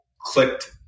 clicked